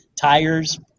tires